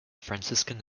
franciscan